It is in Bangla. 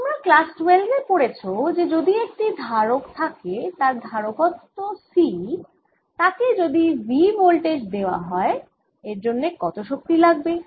তোমরা ক্লাস ১২ এ পড়েছ যে যদি একটি ধারক থাকে যার ধারকত্ব C তাকে যদি V ভোল্টেজ দেওয়া হয় এর জন্য কত শক্তি লাগবে